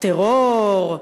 טרור,